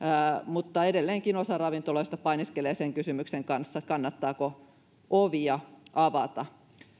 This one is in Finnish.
mutta edelleenkin osa ravintoloista painiskelee sen kysymyksen kanssa kannattaako ovia avata täällä